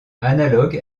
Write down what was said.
analogue